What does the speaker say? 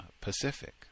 Pacific